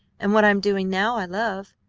and what i'm doing now i love.